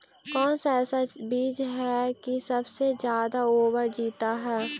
कौन सा ऐसा बीज है की सबसे ज्यादा ओवर जीता है?